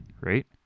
right